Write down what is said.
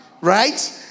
Right